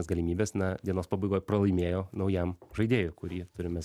galimybes na dienos pabaigoj pralaimėjo naujam žaidėjui kurį turime